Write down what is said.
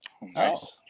Nice